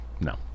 No